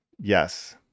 Yes